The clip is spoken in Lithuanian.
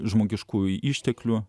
žmogiškųjų išteklių